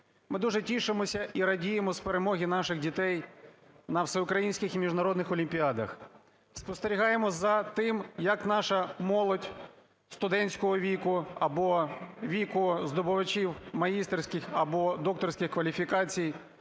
Ми дуже тішимося і радіємо з перемоги наших дітей на всеукраїнських і міжнародних олімпіадах, спостерігаємо за тим, як наша молодь студентського віку або віку здобувачів магістерських або докторських кваліфікацій